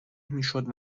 میشد